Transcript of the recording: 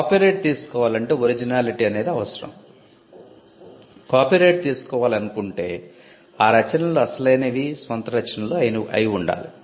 copyright తీసుకోవాలంటే originality అనేది అవసరం కాపీరైట్ తీసుకోవాలనుకుంటే ఆ రచనలు అసలైనవి స్వంత రచనలు అయి ఉండాలి